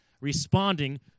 responding